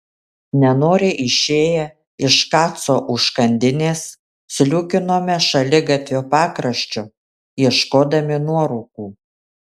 nenoriai išėję iš kaco užkandinės sliūkinome šaligatvio pakraščiu ieškodami nuorūkų